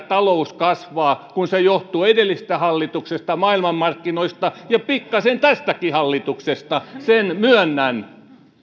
talous kasvaa kun se johtuu edellisistä hallituksista maailmanmarkkinoista ja pikkasen tästäkin hallituksesta sen myönnän